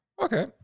Okay